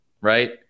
right